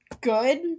Good